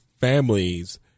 families